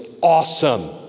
awesome